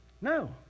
No